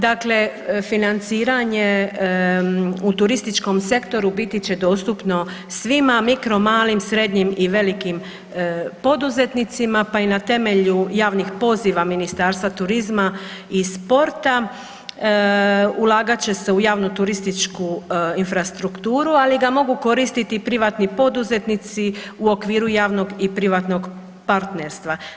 Dakle, financiranje u turističkom sektoru bit će dostupno svima mikro, malim, srednjim i velikim poduzetnicima, pa i na temelju javnih poziva Ministarstva turizma i sporta ulagat će se u javnu turističku infrastrukturu, ali ga mogu koristiti i privatni poduzetnici u okviru javnog i privatnog partnerstva.